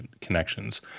connections